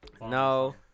No